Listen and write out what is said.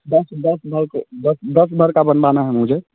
दस दस भर का दस दस भर का बनवाना है मुझे